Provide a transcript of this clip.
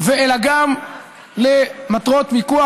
אלא גם למטרות מיקוח,